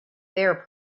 their